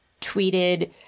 tweeted